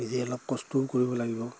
নিজে অলপ কষ্টও কৰিব লাগিব